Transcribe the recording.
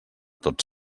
tots